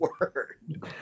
word